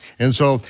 and so,